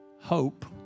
hope